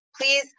Please